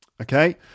Okay